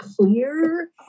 clear